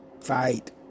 fight